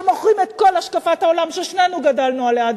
כשמוכרים את כל השקפת העולם ששנינו גדלנו עליה,